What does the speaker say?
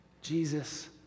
Jesus